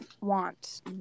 want